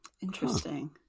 Interesting